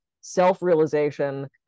self-realization